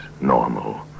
normal